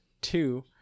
two